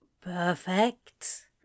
perfect